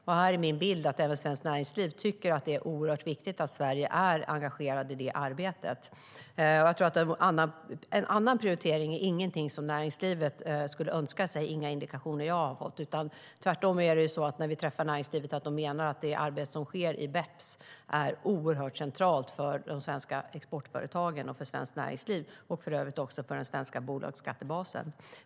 Här är min bild att även Svenskt Näringsliv tycker att det är oerhört viktigt att Sverige är engagerat i det arbetet. Jag tror att en annan prioritering inte är någonting som näringslivet skulle önska sig. Det är inga indikationer som jag har fått. Tvärtom säger näringslivet att det arbete som sker i BEPS är oerhört centralt för de svenska exportföretagen, svenskt näringsliv och för övrigt för den svenska bolagsskattebasen.